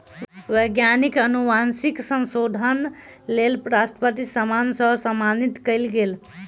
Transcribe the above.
वैज्ञानिक अनुवांशिक संशोधनक लेल राष्ट्रपति सम्मान सॅ सम्मानित कयल गेल